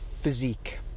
physique